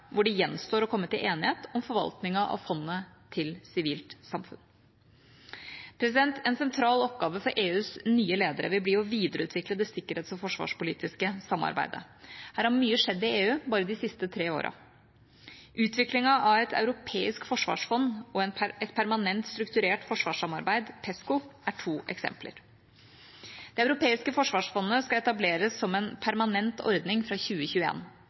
hvor det gjenstår å komme til enighet om forvaltningen av fondet til sivilt samfunn. En sentral oppgave for EUs nye ledere vil bli å videreutvikle det sikkerhets- og forsvarspolitiske samarbeidet. Her har mye skjedd i EU bare de siste tre årene. Utviklingen av et europeisk forsvarsfond og et permanent strukturert forsvarssamarbeid – PESCO – er to eksempler. Det europeiske forsvarsfondet skal etableres som en permanent ordning fra